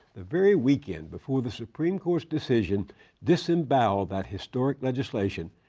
the very weekend before the supreme court's decision disemboweled that historic legislation,